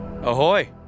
Ahoy